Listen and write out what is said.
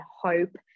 hope